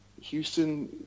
Houston